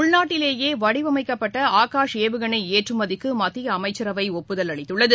உள்நாட்டிலேயே வடிவமைக்கப்பட்ட ஆகாஷ் ஏவுகணை ஏற்றுமதிக்கு மத்திய அமைச்சரவை ஒப்புதல் அளித்துள்ளது